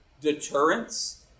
deterrence